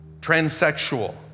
transsexual